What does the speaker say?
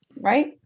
Right